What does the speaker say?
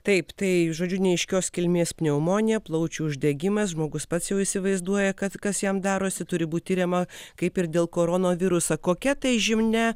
taip tai žodžiu neaiškios kilmės pneumonija plaučių uždegimas žmogus pats jau įsivaizduoja kad kas jam darosi turi būt tiriama kaip ir dėl koronaviruso kokia tai žinia